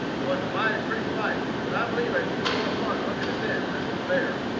twas a mighty pretty fight, but i believe i seed more fun looking at them than at the bear.